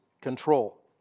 control